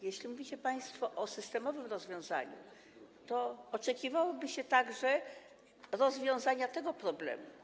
Jeśli mówicie państwo o systemowym rozwiązaniu, to oczekiwałoby się także rozwiązania tego problemu.